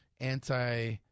anti